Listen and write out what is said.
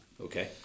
Okay